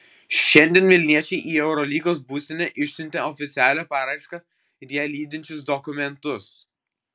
šiandien vilniečiai į eurolygos būstinę išsiuntė oficialią paraišką ir ją lydinčius dokumentus